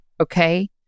Okay